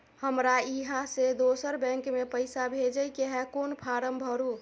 हमरा इहाँ से दोसर बैंक में पैसा भेजय के है, कोन फारम भरू?